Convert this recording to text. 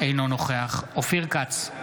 אינו נוכח אופיר כץ,